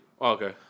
Okay